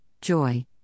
joy